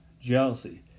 jealousy